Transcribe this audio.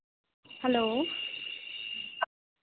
hello